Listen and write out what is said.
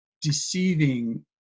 deceiving